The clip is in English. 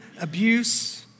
abuse